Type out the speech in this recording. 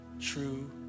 true